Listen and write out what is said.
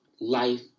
life